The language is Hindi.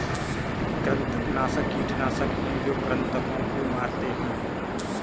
कृंतकनाशक कीटनाशक हैं जो कृन्तकों को मारते हैं